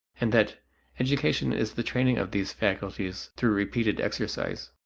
and that education is the training of these faculties through repeated exercise.